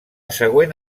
següent